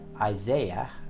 Isaiah